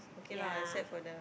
ya